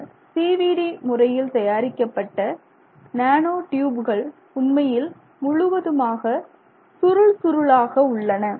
இந்த CVD முறையில் தயாரிக்கப்பட்ட நேனோ டியூபுகள் உண்மையில் முழுவதுமாக சுருள் சுருளாக உள்ளன